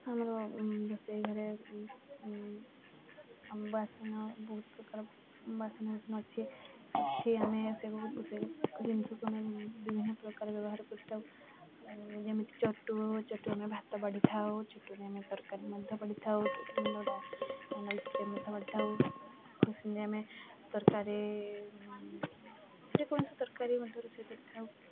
ଆମର ରୋଷେଇ ଘରେ ବାସନ ବହୁତ ପ୍ରକାର ବାସନ ବାସନ ଅଛି ଅଛି ଆମେ ସେଗୁଡ଼ିକୁ ରୋଷେଇ ଜିନିଷକୁ ଆମେ ବିଭିନ୍ନ ପ୍ରକାର ବ୍ୟବହାର କରିଥାଉ ଯେମିତି ଚଟୁ ଚଟୁ ଆମେ ଭାତ ବାଢ଼ିଥାଉ ଚଟୁରେ ଆମେ ତରକାରୀ ମଧ୍ୟ ବାଢ଼ିଥାଉ ଦା ନଲ ମଧ୍ୟ ବାଢ଼ିଥାଉ ଆମେ ତରକାରୀ ଯେକୌଣସି ତରକାରୀ ମଧ୍ୟ ରୋଷେଇ କରିଥାଉ